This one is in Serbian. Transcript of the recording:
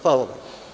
Hvala vam.